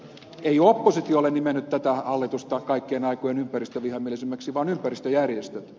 eikä oppositio ole nimennyt tätä hallitusta kaikkien aikojen ympäristövihamielisimmäksi vaan ympäristöjärjestöt